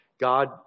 God